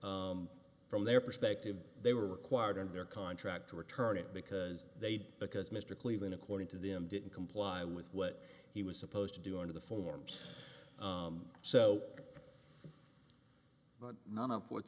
from their perspective they were required in their contract to return it because they'd because mr cleveland according to them didn't comply with what he was supposed to do under the forms so none of what